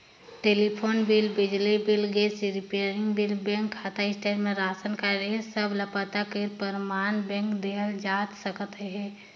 telephone bill, बिजली bill, gas refilling bill, bank खाता statement, रासन कारड ए सब ल पता कर परमान बर देहल जाए सकत अहे